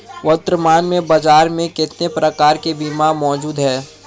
वर्तमान में बाज़ार में कितने प्रकार के बीमा मौजूद हैं?